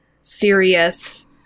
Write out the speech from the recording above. serious